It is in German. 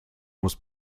muss